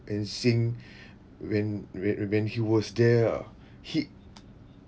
and sing when whe~ when he was there ah he